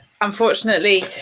unfortunately